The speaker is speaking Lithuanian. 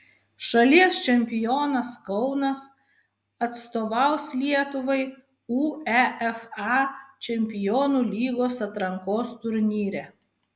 šalies čempionas kaunas atstovaus lietuvai uefa čempionų lygos atrankos turnyre